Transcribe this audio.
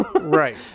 Right